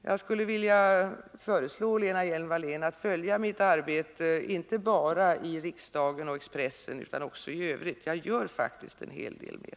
Jag skulle vilja föreslå Lena Hjelm-Wallén att följa mitt arbete inte bara i riksdagen och Expressen utan också i övrigt. Jag gör faktiskt en hel del mer.